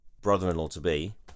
brother-in-law-to-be